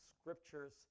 scriptures